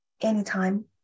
anytime